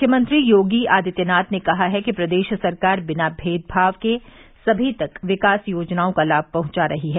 मुख्यमंत्री योगी आदित्यनाथ ने कहा है कि प्रदेश सरकार बिना भेदभाव के सभी तक विकास योजनाओं का लाभ पहुंचा रही है